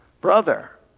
Brother